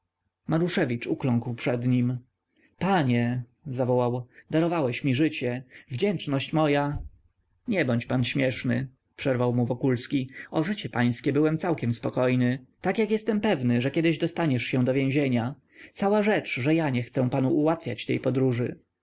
maruszewicz ukląkł przed nim panie zawołał darowałeś mi życie wdzięczność moja nie bądź pan śmieszny przerwał mu wokulski o życie pańskie byłem zupełnie spokojny tak jak jestem pewny że kiedyś dostaniesz się do więzienia cała rzecz że ja nie chcę panu ułatwiać tej podróży